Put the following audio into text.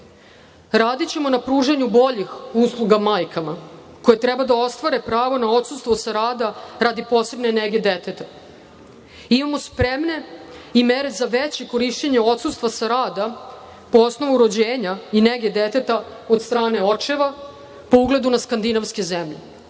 Radićemo na pružanju boljih usluga majkama koje treba da ostvare pravo na odsustvo sa rada, radi posebne nege deteta. Imamo spremne i mere za veće korišćenje odsustva sa rada po osnovu rođenja i nege deteta od strane očeva, po ugledu na skandinavske zemlje. Na